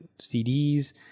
CDs